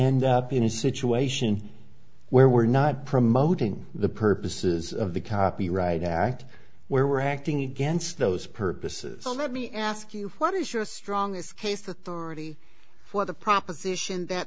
end up in a situation where we're not promoting the purposes of the copyright act where we're acting against those purposes already me ask you what is your strongest case the thirty for the proposition that